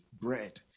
bread